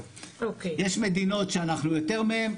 יש מדינות שאנחנו יותר מהם,